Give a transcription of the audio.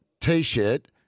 T-shirt